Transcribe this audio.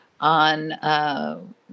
on